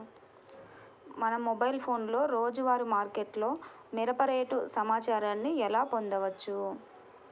మా మొబైల్ ఫోన్లలో రోజువారీ మార్కెట్లో మిరప రేటు సమాచారాన్ని ఎలా పొందవచ్చు?